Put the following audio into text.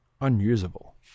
unusable